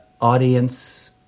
audience